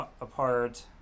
apart